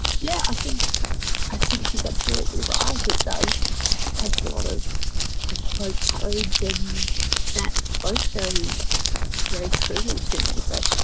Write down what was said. yeah i think i think she's absolutely right it does take a lot of i suppose courage and that spoke very very truly to me but